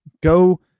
go